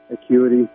acuity